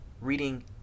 reading